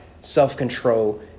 self-control